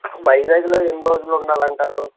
వైజాగ్లో ఎన్ని రోజులు ఉండాలి అంటారు